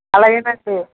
అలాగేనండి